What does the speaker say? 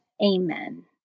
Amen